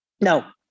now